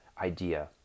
idea